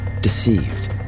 deceived